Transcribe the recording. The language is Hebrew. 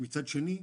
מצד שני,